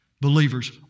believers